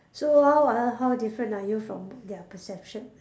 so how ah how different are you from their perception